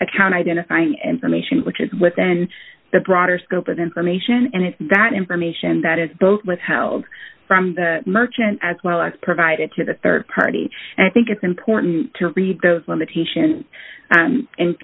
account identifying information which is within the broader scope of information and that information that is both withheld from the merchant as well as provided to the rd party i think it's important to read those limitation